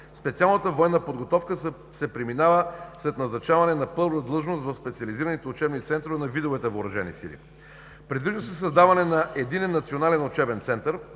Специалната военна подготовка се преминава след назначаване на първа длъжност в специализираните учебни центрове на видовете въоръжени сили. Предвижда се създаване на Единен национален учебен център,